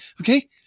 okay